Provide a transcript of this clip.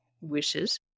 wishes